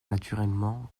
naturellement